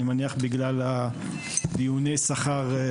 אני מניח שבגלל דיוני השכר שנערכים,